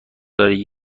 داری